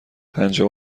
پنجاه